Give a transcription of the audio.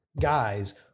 guys